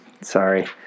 Sorry